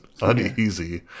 uneasy